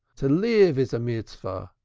to live is a mitzvah,